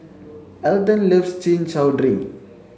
Elden loves chin chow drink